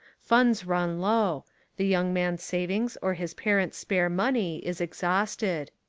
funds run low the young man's savings or his parents' spare money is exhausted.